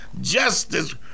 justice